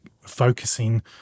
focusing